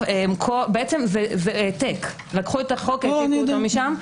זה העתק לקחו משם,